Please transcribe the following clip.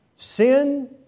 Sin